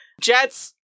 Jet's